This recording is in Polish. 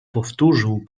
powtórzył